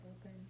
open